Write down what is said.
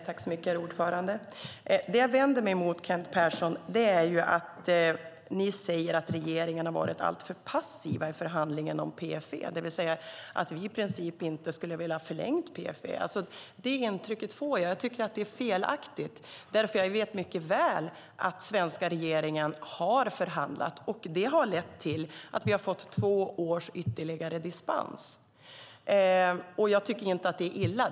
Herr talman! Jag vänder mig emot att ni säger att regeringen har varit alltför passiv i förhandlingen om PFE, det vill säga att vi i princip inte skulle vilja förlänga PFE, Kent Persson. Det intrycket får jag. Jag tycker att det är fel. Jag vet mycket väl att den svenska regeringen har förhandlat, och det har lett till att vi fått två års ytterligare dispens. Jag tycker inte att det är illa.